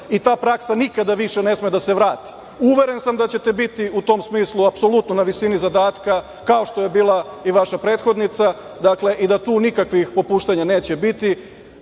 i ta praksa nikada više ne sme da se vrati. Uveren sam da ćete biti u tom smislu apsolutno na visini zadatka, kao što je bila i vaša prethodnica, dakle i da tu nikakvih popuštanja neće biti.